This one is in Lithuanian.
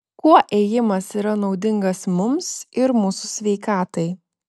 kuo ėjimas yra naudingas mums ir mūsų sveikatai